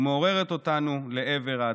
ומעוררת אותנו לעבר העתיד.